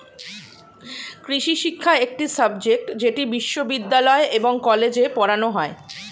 কৃষিশিক্ষা একটি সাবজেক্ট যেটি বিশ্ববিদ্যালয় এবং কলেজে পড়ানো হয়